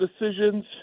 decisions